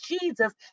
jesus